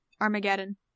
Armageddon